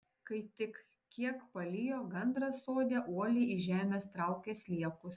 kai tik kiek palijo gandras sode uoliai iš žemės traukė sliekus